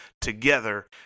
together